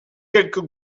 quelques